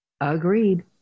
Agreed